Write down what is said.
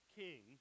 king